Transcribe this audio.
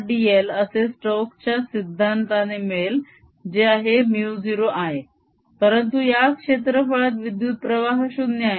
dl असे Stokes च्या सिद्धांताने मिळेल जे आहे μ0I परंतु या क्षेत्रफळात विद्युत्प्रवाह 0 आहे